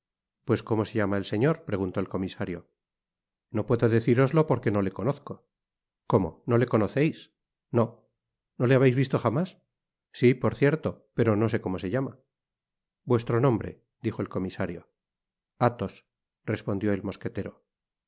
pues cómo se llama el señor preguntó el comisario no puedo deciroslo porque no le conozco cómo no le conoceis nó no le habeis visto jamas si por cierto pero no sé como se llama vuestro nombre dijo el comisario athos respondió el mosquetero